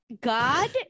God